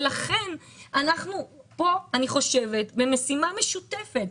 כן אני חושבת שאנחנו כאן במשימה משותפת,